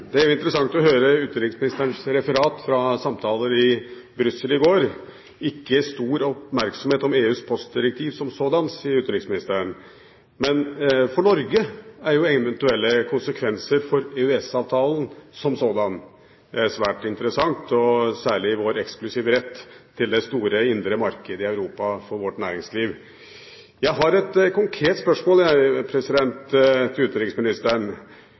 interessant å høre utenriksministerens referat fra samtaler i Brussel i går – ikke stor oppmerksomhet om EUs postdirektiv som sådant, sier utenriksministeren. Men for Norge er jo eventuelle konsekvenser for EØS-avtalen som sådan svært interessant, og særlig vår eksklusive rett til det store, indre markedet i Europa for vårt næringsliv. Jeg har et konkret spørsmål til utenriksministeren